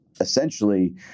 essentially